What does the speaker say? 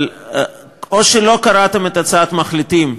אבל או שלא קראתם את הצעת המחליטים,